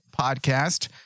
podcast